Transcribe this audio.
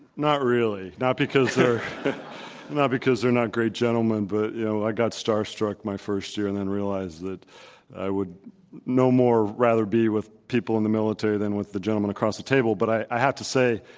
not really, not because they're not because they're not great gentlemen, but, you know, i got star struck my first year and then realized that i would no more rather be with people in the military than with the gentlemen across the table but i have to say,